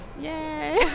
Yay